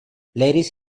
ladies